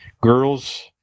girls